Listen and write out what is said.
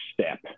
step